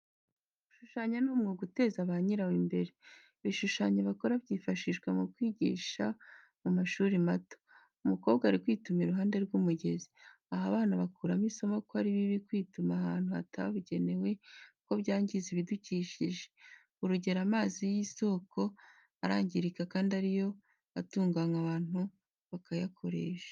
Gushushanya ni umwuga uteza banyirawo imbere, ibishushanyo bakora byifashishwa mu kwigisha mu mashuri mato, umukobwa uri kwituma iruhande rw'umugezi, aha abana bakuramo isomo ko ari bibi kwituma ahantu hatabugenewe kuko byangiza ibidukikishe, urugero amazi y'isoko arangirika kandi ariyo atunganwa abantu bakayakoresha.